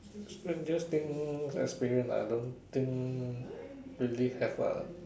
strangest thing experienced I don't think really have lah